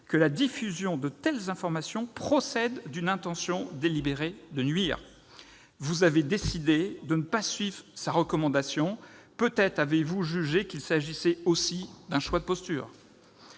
que la diffusion de telles informations procède d'une intention délibérée de nuire ». Vous avez décidé de ne pas suivre sa recommandation. Peut-être avez-vous jugé qu'il s'agissait aussi d'un choix de posture